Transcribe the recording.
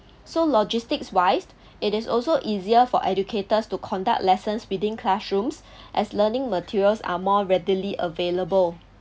so logistics wise it is also easier for educators to conduct lessons within classrooms as learning materials are more readily available